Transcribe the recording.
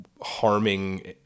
harming